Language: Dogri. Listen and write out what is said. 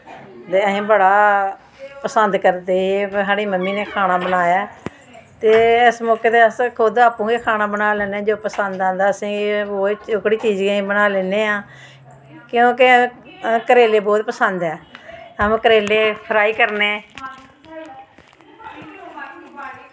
ते असें बड़ा पसंद करदे हे की साढ़ी मम्मी नै खाना बनाया ते इस वक्त अस खुद बी खाना बनाई लैने आं जे पसंद आंदा असें गी की ओह्कड़ी चीज बनाई लैने आं क्युंकि करेले बोह्त पसंद ऐ बाऽ करेले फ्राई करने